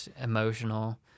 emotional